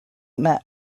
met